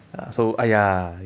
ya so !aiya!